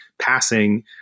passing